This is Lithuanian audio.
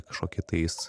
kažkokį tais